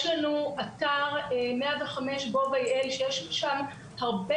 יש לנו אתר 105 gov.il - ובו יש הרבה